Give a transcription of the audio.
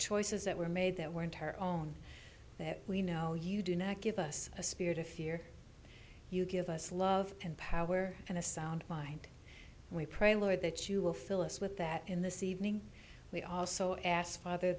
choices that were made that were in her own that we know you do not give us a spirit of fear you give us love and power and a sound mind we pray lord that you will fill us with that in this evening we also asked father